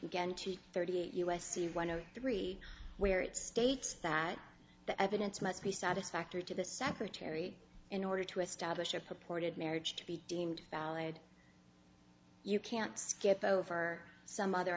again to thirty eight u s c one o three where it states that the evidence must be satisfactory to the secretary in order to establish a purported marriage to be deemed valid you can't get though for some other